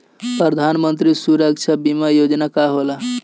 प्रधानमंत्री सुरक्षा बीमा योजना का होला?